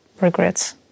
regrets